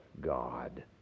God